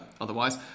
Otherwise